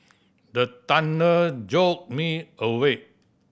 the thunder jolt me awake